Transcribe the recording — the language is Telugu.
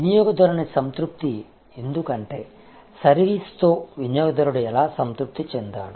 వినియోగదారుని సంతృప్తి ఎందుకు అంటే సర్వీస్ తో వినియోగదారుడు ఎలా సంతృప్తి చెందాడు